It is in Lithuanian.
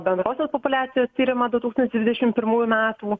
bendrosios populiacijos tyrimą du tūkstančiai dvidešim pirmųjų metų